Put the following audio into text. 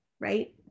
right